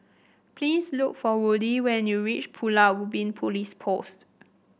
please look for Woodie when you reach Pulau Ubin Police Post